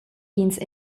ins